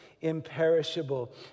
imperishable